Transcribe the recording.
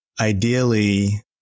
ideally